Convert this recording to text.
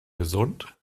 gesund